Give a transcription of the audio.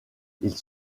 ils